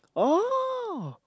oh